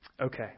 Okay